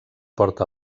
porta